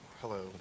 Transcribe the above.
Hello